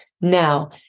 Now